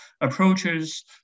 approaches